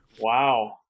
Wow